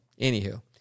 anywho